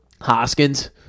Hoskins